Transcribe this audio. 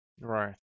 Right